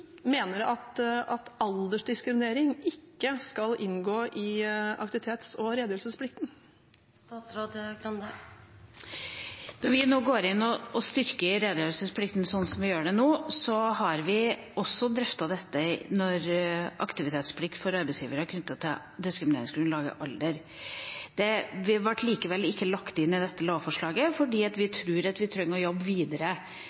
mener at aldersdiskriminering ikke skal inngå i aktivitets- og redegjørelsesplikten? Når vi går inn og styrker redegjørelsesplikten sånn som vi gjør det nå, har vi også drøftet aktivitetsplikt for arbeidsgivere knyttet til diskrimineringsgrunnlaget alder. Det ble likevel ikke lagt inn i dette lovforslaget, fordi vi tror at vi trenger å jobbe videre